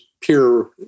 pure